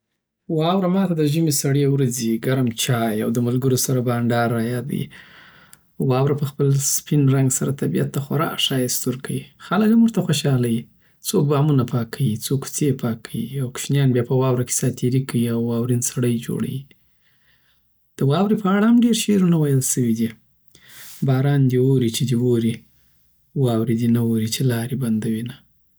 واوره ما ته د ژمي سړې ورځې، ګرم چای، او دملکروسره بانډار را یادیی واوره په خپل سپین رنګ سره طبیعت ته خوار ښایست ورکوی خلک هم ورته خوشاله یی څوک بامونه پاکوی، څوک کوڅی پاکوی او کوشنیان بیا په واوره کی ساتیری کوی او واورین سړی جوړوی د واوری په اړه هم دیر شعرونه ویل سوی دی باران دی اوری چی دی اوری واوری دی نه اوری چی لاری بندوینه